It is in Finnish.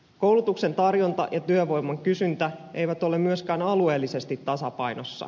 koulutuksen tarjonta ja työvoiman kysyntä eivät ole myöskään alueellisesti tasapainossa